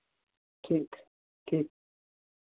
ठीक ठीक